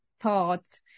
Thoughts